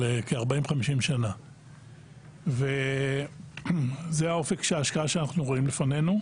על כ-50-40 שנה וזה האופק של ההשקעה שאנחנו רואים לפנינו.